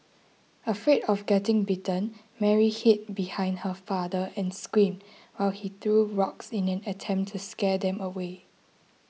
afraid of getting bitten Mary hid behind her father and screamed while he threw rocks in an attempt to scare them away